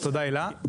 תודה, הילה.